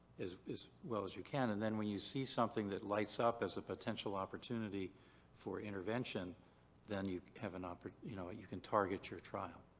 as well as you can, and then when you see something that lights up as a potential opportunity for intervention then you have an oppor. you know you can target your trial.